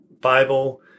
Bible